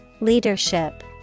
Leadership